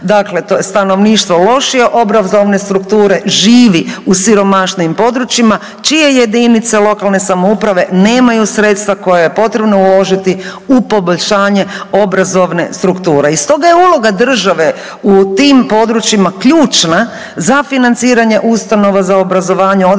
to je stanovništvo lošije obrazovne strukture živi u siromašnijim područjima, čije jedinice lokalne samouprave nemaju sredstva koja je potrebno uložiti u poboljšanje obrazovne strukture i stoga je uloga države u tim područjima ključna za financiranje ustanova za obrazovanje odraslih i to,